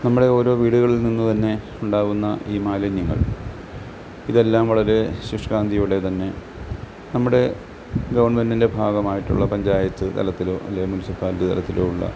നമ്മുടെ ഓരോ വീടുകളിൽ നിന്ന് തന്നെ ഉണ്ടാവുന്ന ഈ മാലിന്യങ്ങൾ ഇതെല്ലാം വളരെ ശുഷ്കാന്തിയോടെ തന്നെ നമ്മുടെ ഗവൺമെൻ്റിൻ്റെ ഭാഗമായിട്ടുള്ള പഞ്ചായത്ത് തലത്തിലോ അല്ലങ്കിൽ മുനിസിപ്പാലിറ്റി തലത്തിലോ ഉള്ള